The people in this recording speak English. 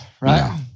right